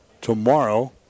tomorrow